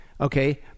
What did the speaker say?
okay